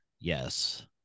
yes